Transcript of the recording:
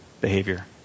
behavior